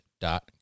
dot